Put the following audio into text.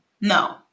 No